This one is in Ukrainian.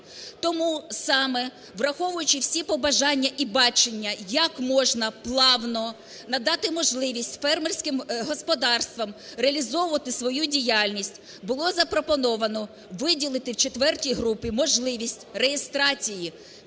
Тому саме, враховуючи всі побажання і бачення, як можна плавно надати можливість фермерським господарствам реалізовувати свою діяльність, було запропоновано виділити в четвертій групі можливість реєстрації